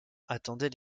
attendait